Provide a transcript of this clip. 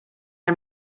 are